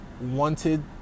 wanted